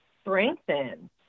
strengthen